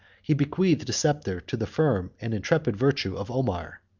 he bequeathed the sceptre to the firm and intrepid virtue of omar.